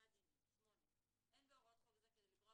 שמירת דינים 8. אין בהוראות חוק זה כדי לגרוע